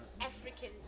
African